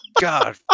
God